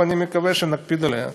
ואני מקווה שנקפיד עליה.